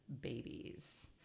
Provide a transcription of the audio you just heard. babies